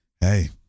Hey